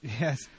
Yes